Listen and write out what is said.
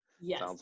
Yes